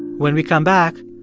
when we come back,